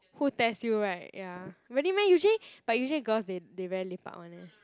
who test you [right] ya really meh usually but usually girls they they very lepak [one] leh